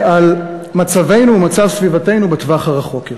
על מצבנו ומצב סביבתנו בטווח הרחוק יותר.